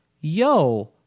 yo